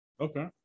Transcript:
Okay